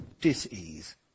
dis-ease